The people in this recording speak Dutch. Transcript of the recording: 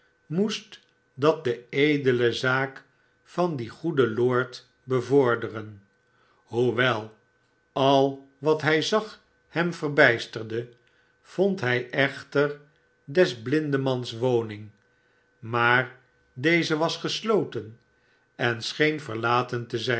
rumoer moestdat de edele zaak van dien goeden lord bevorderen hoewel al wat hij zag hem verbijsterde vond hij echter des blindemans wonmg maar deze was gesloten en scheen verlaten te zijn